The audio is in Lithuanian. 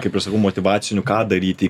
kaip ir sakau motyvacinių ką daryti